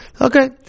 Okay